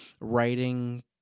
writing